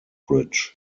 bridge